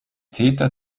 täter